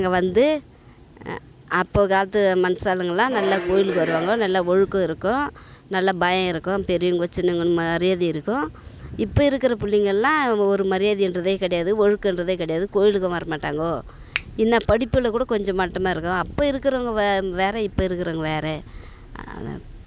இங்கே வந்து அப்போ காலத்து மனுசாளுங்கள்லாம் நல்லா கோவிலுக்கு வருவாங்க நல்லா ஒழுக்கம் இருக்கும் நல்லா பயம் இருக்கும் பெரியவங்க சின்னவங்கன்னு மரியாதை இருக்கும் இப்போ இருக்கிற பிள்ளைங்க எல்லாம் ஒரு மரியாதைன்றதே கிடையாது ஒழுக்கன்றதே கிடையாது கோவிலுக்கும் வரமாட்டாங்க என்ன படிப்பில் கூட கொஞ்சம் மட்டமாக இருக்கிறான் அப்போ இருக்குறவங்க வேறு இப்போ இருக்கிறவங்க வேறு அது